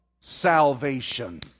salvation